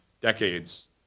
decades